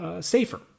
safer